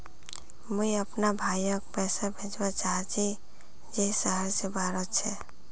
मुई अपना भाईक पैसा भेजवा चहची जहें शहर से बहार छे